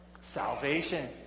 Salvation